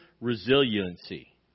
Resiliency